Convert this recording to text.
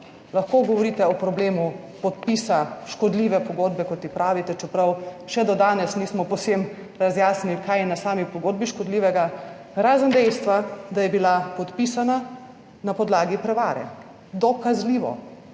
lahko govorite o problemu podpisa škodljive pogodbe kot ji pravite, čeprav še do danes nismo povsem razjasnili, kaj je na sami pogodbi škodljivega, razen dejstva, da je bila podpisana na podlagi prevare, dokazljivo